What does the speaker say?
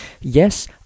Yes